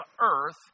earth